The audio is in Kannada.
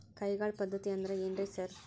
ಕೈಗಾಳ್ ಪದ್ಧತಿ ಅಂದ್ರ್ ಏನ್ರಿ ಸರ್?